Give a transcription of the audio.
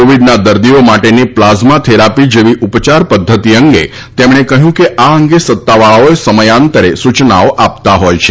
કોવીડના દર્દીઓ માટેની પ્લાઝમા થેરાપી જેવી ઉપચાર પધ્ધતિ અંગે તેમણે કહ્યું કે આ અંગે સત્તાવાળાઓ સમયાંતરે સૂચનાઓ આપતા હોય છે